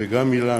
וגם אילן,